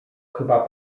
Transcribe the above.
chyba